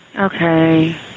okay